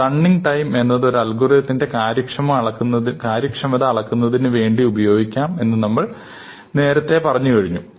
running time എന്നത് ഒരു അൽഗോരിതത്തിന്റെ കാര്യക്ഷമത അളക്കുന്നതിന് വേണ്ടി ഉപയോഗിക്കാം എന്ന് നമ്മൾ നമ്മൾ നേരത്തെ പറഞ്ഞു കഴിഞ്ഞു